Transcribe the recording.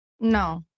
No